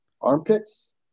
armpits